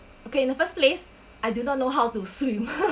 okay in the first place I do not know how to swim